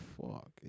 fuck